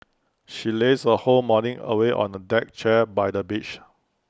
she lazed her whole morning away on A deck chair by the beach